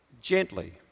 gently